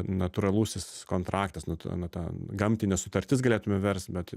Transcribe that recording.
natūralusis kontraktas nu ta nu ta gamtinė sutartis galėtume verst bet